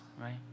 right